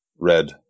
red